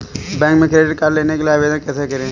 Bank में credit card के लिए आवेदन कैसे करें?